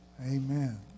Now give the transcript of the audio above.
Amen